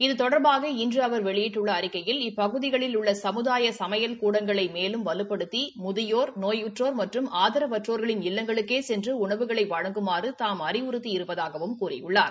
இது தொடாபாக இன்று அவர் வெளியிட்டுள்ள அறிக்கையில் இப்பகுதிகளில் உள்ள சமுதாய சமையல் கூடங்களை மேலும் வலுப்படுத்தி முதியோா் நோயுற்றோா் மற்றும் ஆதரவற்றோா்களின் இல்லங்களுக்கே சென்று உணவுகளை வழங்குமாறு தாம் அறிவுறுத்தி இருப்பதாகவும் கூறியுள்ளார்